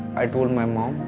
i told my mum,